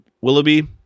Willoughby